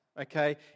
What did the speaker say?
okay